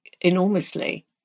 enormously